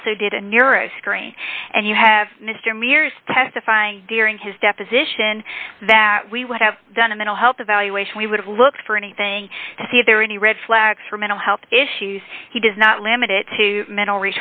also did a near a screening and you have mr mears testifying during his deposition that we would have done a mental health evaluation we would have looked for anything to see if there were any red flags for mental health issues he does not limit it to mental